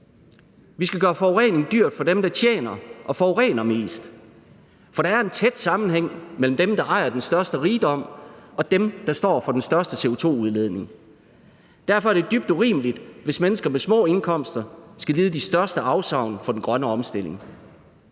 Vi skal gøre forurening dyrt for dem, der tjener og forurener mest, for der er en tæt sammenhæng mellem dem, der ejer den største rigdom, og dem, der står for den største CO2-udledning. Derfor er det dybt urimeligt, hvis mennesker med små indkomster skal lide de største afsavn for den grønne omstilling,